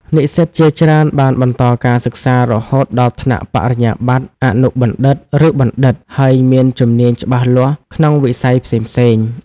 និស្សិតជាច្រើនបានបន្តការសិក្សារហូតដល់ថ្នាក់បរិញ្ញាបត្រ អនុបណ្ឌិត ឬបណ្ឌិត ហើយមានជំនាញច្បាស់លាស់ក្នុងវិស័យផ្សេងៗ។